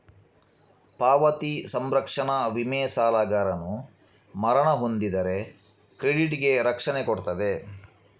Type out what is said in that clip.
ಪಾವತಿ ಸಂರಕ್ಷಣಾ ವಿಮೆ ಸಾಲಗಾರನು ಮರಣ ಹೊಂದಿದರೆ ಕ್ರೆಡಿಟ್ ಗೆ ರಕ್ಷಣೆ ಕೊಡ್ತದೆ